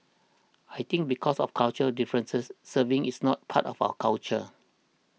I think because of cultural differences serving is not part of our culture